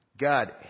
God